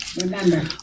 Remember